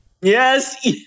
Yes